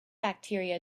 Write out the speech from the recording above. bacteria